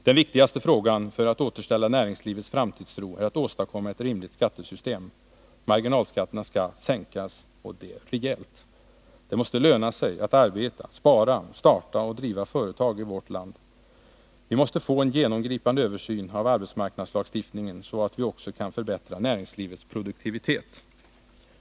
Den viktigaste frågan för att återställa näringslivets framtidstro är att åstadkomma ett rimligt skattesystem. Marginalskatterna skall sänkas — och det rejält. Det måste löna sig att arbeta, spara, starta och driva företag i vårt land. Vi måste få en genomgripande översyn av arbetsmarknadslagstiftningen så att vi också kan förbättra näringslivets produktivitet.